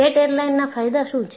jet એરલાઇનરના ફાયદા શું છે